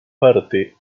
parte